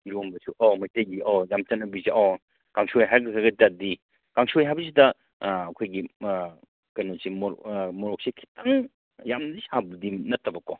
ꯏꯔꯣꯝꯕꯁꯨ ꯑꯣ ꯃꯩꯇꯩꯒꯤ ꯑꯣ ꯌꯥꯝ ꯆꯠꯅꯕꯤꯁꯦ ꯑꯣ ꯀꯥꯡꯁꯣꯏ ꯍꯥꯏꯒ꯭ꯔꯒꯇꯗꯤ ꯀꯥꯡꯁꯣꯏ ꯍꯥꯏꯕꯁꯤꯗ ꯑꯩꯈꯣꯏꯒꯤ ꯀꯩꯅꯣꯁꯦ ꯃꯣꯔꯣꯛꯁꯦ ꯈꯤꯇꯪ ꯌꯥꯝꯅꯗꯤ ꯌꯥꯝꯅꯗꯤ ꯁꯥꯕꯗꯤ ꯅꯠꯇꯕꯀꯣ